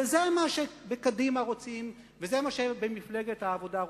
וזה מה שבקדימה רוצים וזה מה שמפלגת העבודה רוצים,